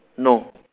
no